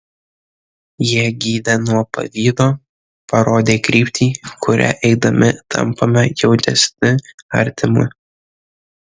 jie gydė nuo pavydo parodė kryptį kuria eidami tampame jautresni artimui